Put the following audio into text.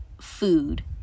food